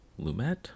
lumet